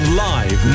live